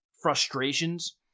frustrations